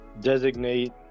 designate